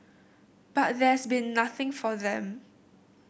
but there's been nothing for them